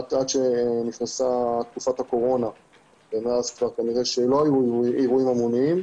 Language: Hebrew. עד שנכנסה תקופת הקורונה ומאז כנראה שלא היו אירועים המוניים.